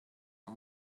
our